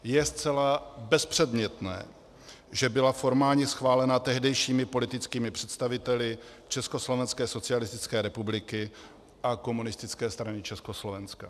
Je zcela bezpředmětné, že byla formálně schválena tehdejšími politickými představiteli Československé socialistické republiky a Komunistické strany Československa.